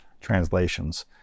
translations